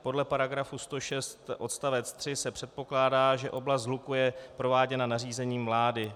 Podle § 106 odst. 3 se předpokládá, že oblast hluku je prováděna nařízením vlády.